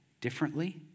differently